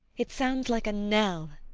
it sounds like a knell.